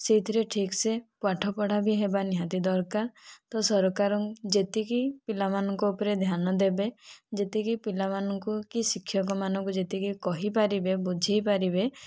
ସେଥିରେ ଠିକ୍ସେ ପାଠ ପଢ଼ା ବି ହେବା ନିହାତି ଦରକାର ତ ସରକାର ଯେତିକି ପିଲାମାନଙ୍କ ଉପରେ ଧ୍ୟାନ ଦେବେ ଯେତିକି ପିଲାମାନଙ୍କୁ କି ଶିକ୍ଷକମାନଙ୍କୁ ଯେତିକି କହିପାରିବେ ବୁଝେଇପାରିବେ ତ